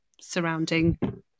surrounding